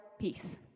peace